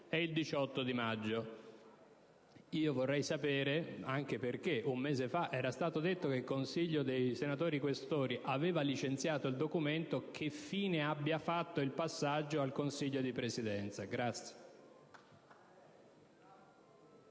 è il 18 maggio. Io vorrei sapere, anche perché un mese fa era stato detto che il Collegio dei senatori Questori aveva licenziato il documento, che fine abbia fatto il passaggio al Consiglio di Presidenza.